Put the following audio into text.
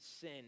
sin